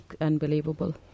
unbelievable